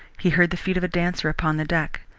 he heard the feet of a dancer upon the deck,